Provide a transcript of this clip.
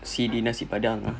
C_D nasi padang